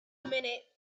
minute